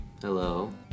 Hello